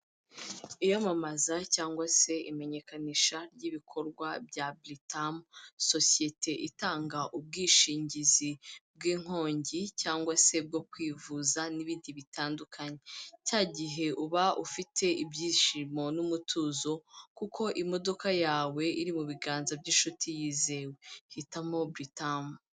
Iyamamaza cyangwa se imenyekanisha ry'ibikorwa bya britam, sosiyete itanga ubwishingizi bw'inkongi cyangwa se bwo kwivuza n'ibindi bitandukanye, cya gihe uba ufite ibyishimo n'umutuzo kuko imodoka yawe iri mu biganza by'inshuti yizewe, hitamo Britam.